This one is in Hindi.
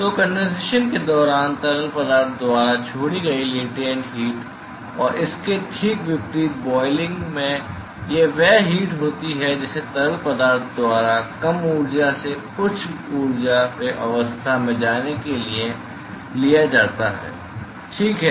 तो कंडेंसेशन के दौरान तरल पदार्थ द्वारा छोड़ी गई लेटेन्ट हीट और इसके ठीक विपरीत बोईलिंग में यह वह हीट होती है जिसे तरल पदार्थ द्वारा कम ऊर्जा से उच्च ऊर्जा अवस्था में जाने के लिए लिया जाता है ठीक है